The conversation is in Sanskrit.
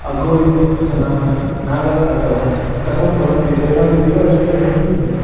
अघोरीजनाः नागासाधवः कथं भवन्ति तेषां जीवनशैली कथं भवति